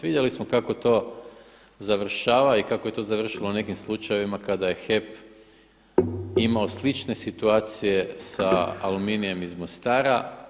Vidjeli smo kako to završava i kako je to završilo u nekim slučajevima kada je HEP imao slične situacije sa Aluminijem iz Mostara.